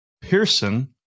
Pearson